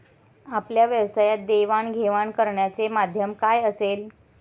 आपल्या व्यवसायात देवाणघेवाण करण्याचे माध्यम काय असेल?